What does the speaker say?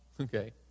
okay